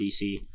DC